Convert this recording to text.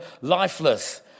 lifeless